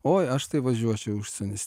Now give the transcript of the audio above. oi aš tai važiuočiau į užsienį